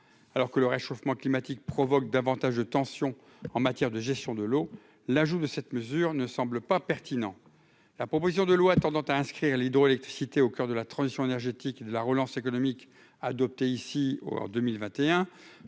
alors que le réchauffement climatique provoque davantage de tensions en matière de gestion de l'eau, l'ajout de cette mesure ne semble pas pertinent, la proposition de loi tendant à inscrire l'hydroélectricité au coeur de la transition énergétique et de la relance économique adopté ici en 2021